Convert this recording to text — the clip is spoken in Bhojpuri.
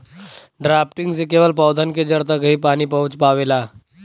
ड्राफ्टिंग से केवल पौधन के जड़ तक ही पानी पहुँच पावेला